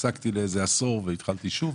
הפסקתי לאיזה עשור והתחלתי שוב.